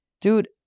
dude